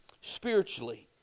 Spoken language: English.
Spiritually